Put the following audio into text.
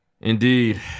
Indeed